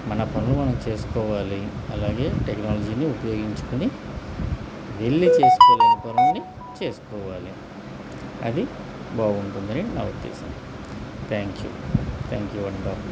మన పనులు మనం చేసుకోవాలి అలాగే టెక్నాలజీని ఉపయోగించుకుని వెళ్లి చేసుకోలేని పనుని చేసుకోవాలి అది బాగుంటుందని నా ఉద్దేశం thank you thank you and all